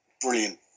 Brilliant